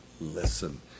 listen